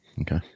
Okay